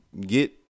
get